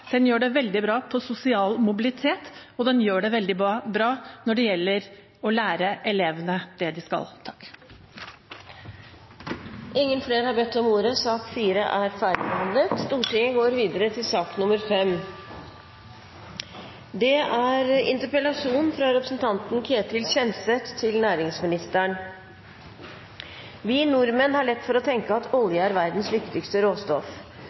Den gjør det veldig bra på sosial mobilitet, og den gjør det veldig bra når det gjelder å lære elevene det de skal. Flere har ikke bedt om ordet til sak nr. 4. Jeg vil starte på hjemmebane, med et blikk på verden. Statens pensjonsfond utland har nylig publisert sin rapport Ansvarlig forvaltning, for 2014. Den er på 80 sider. Vann er